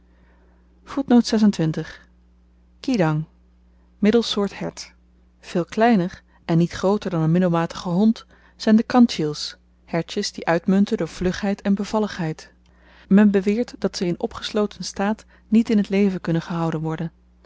kidang middelsoort hert veel kleiner en niet grooter dan n middelmatige hond zyn de kandjiels hertjes die uitmunten door vlugheid en bevalligheid men beweert dat ze in opgesloten staat niet in t leven kunnen gehouden worden